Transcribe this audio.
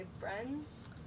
friends